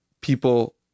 people